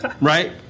right